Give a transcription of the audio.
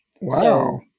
wow